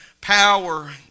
power